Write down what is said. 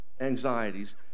anxieties